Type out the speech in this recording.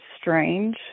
strange